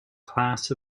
class